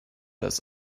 das